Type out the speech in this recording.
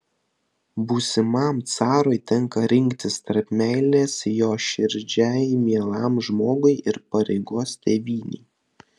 būsimam carui tenka rinktis tarp meilės jo širdžiai mielam žmogui ir pareigos tėvynei